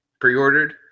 pre-ordered